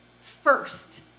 first